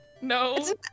No